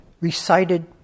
recited